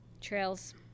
trails